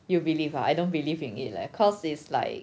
you believe ah I don't believe in it leh cause it's like